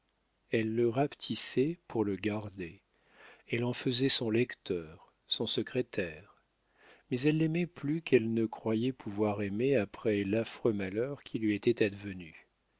elle le rapetissait pour le regarder elle en faisait son lecteur son secrétaire mais elle l'aimait plus qu'elle ne croyait pouvoir aimer après l'affreux malheur qui lui était advenu